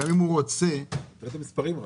לדעתי, לא ראית את המספרים.